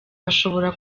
bashobora